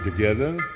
together